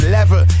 Level